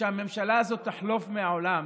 שהממשלה הזאת תחלוף מהעולם